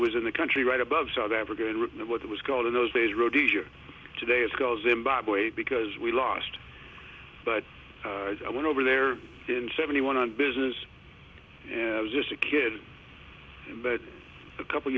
was in the country right above south africa and written what it was called in those days rhodesia today it goes in bad way because we lost but i went over there in seventy one on business and i was just a kid but a couple